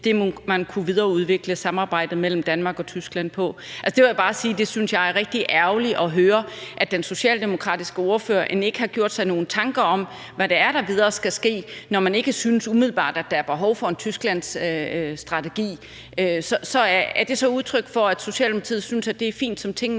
måde, man kunne videreudvikle samarbejdet mellem Danmark og Tyskland på. Der vil jeg bare sige, at det synes jeg er rigtig ærgerligt at høre: at den socialdemokratiske ordfører end ikke har gjort sig nogen tanker om, hvad det er, der videre skal ske, når man ikke umiddelbart synes, at der er behov for en Tysklandsstrategi. Er det så udtryk for, at Socialdemokratiet synes, at det er fint, som tingene